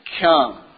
come